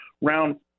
round